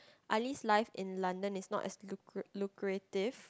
ali's life in London is not as lucra~ lucrative